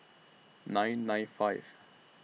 nine nine five